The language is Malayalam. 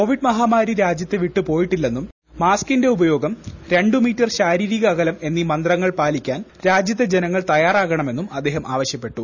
കോവിഡ് മഹാമാരി രാജ്യത്തെ വിട്ടു പോയിട്ടില്ലെന്നും മാസ ്കിന്റെ ഉപയോഗം രണ്ട് മീറ്റർ ശാരീരിക അകലം എന്നീ മന്ത്രങ്ങൾ പാലിക്കാൻ രാജ്യത്തെ ജനങ്ങൾ തയ്യാറാകണമെന്നും അദ്ദേഹം ആവശ്യപ്പെട്ടു